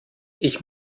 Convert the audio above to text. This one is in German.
ich